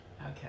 Okay